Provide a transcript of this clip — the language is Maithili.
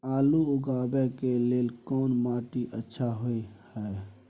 आलू उगाबै के लेल कोन माटी अच्छा होय है?